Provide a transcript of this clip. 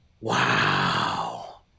Wow